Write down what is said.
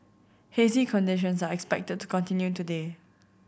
hazy conditions are expected to continue today